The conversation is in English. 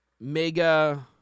Mega